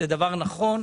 וזה דבר נכון,